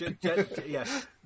yes